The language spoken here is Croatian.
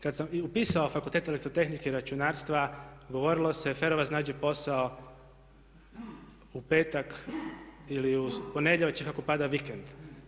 Kad sam upisao Fakultet elektrotehnike i računarstva govorilo se FER-ovac nađe posao u petak ili u ponedjeljak ako pada vikend.